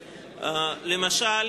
למשל,